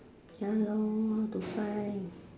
ya lor to find